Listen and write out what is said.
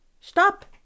Stop